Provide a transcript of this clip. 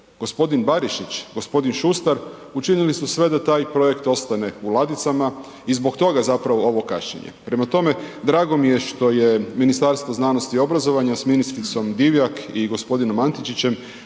g. Barišić, g. Šustar učinili su sve da taj projekt ostane u ladicama i zbog toga zapravo ovo kašnjenje. Prema tome, drago mi je što je Ministarstvo znanosti i obrazovanja s ministricom Divjak i g. Antičićem